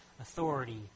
authority